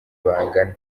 bangana